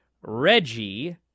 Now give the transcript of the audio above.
reggie